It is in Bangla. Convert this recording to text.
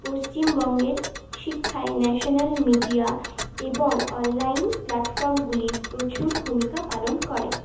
পশ্চিমবঙ্গের শিক্ষায় ন্যাশনাল মিডিয়া এবং অনলাইন প্ল্যাটফর্মগুলির প্রচুর ভূমিকা পালন করে